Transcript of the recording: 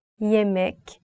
Yemek